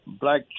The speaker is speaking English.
Black